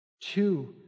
Two